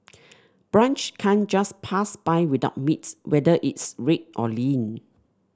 brunch can't just pass by without meat whether it's red or lean